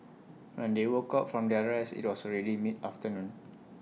when they woke up from their rest IT was already mid afternoon